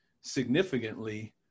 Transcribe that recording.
significantly